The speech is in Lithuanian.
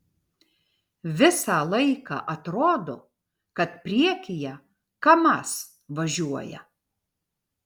visą laiką atrodo kad priekyje kamaz važiuoja